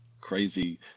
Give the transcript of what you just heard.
crazy